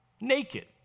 naked